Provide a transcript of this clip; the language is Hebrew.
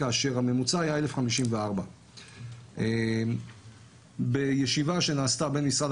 כאשר הממוצע היה 1,054. בישיבה שנעשתה בין משרד